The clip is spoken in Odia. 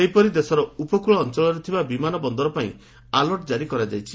ସେହିପରି ଦେଶର ଉପକୁଳ ଅଞ୍ଚଳରେ ଥିବା ବିମାନ ବନ୍ଦର ପାଇଁ ଆଲର୍ଟ କାରି କରାଯାଇଛି